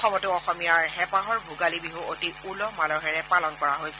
অসমতো অসমীয়াৰ হেঁপাহৰ ভোগালী বিহু অতি উলহ মালহেৰে পালন কৰা হৈছে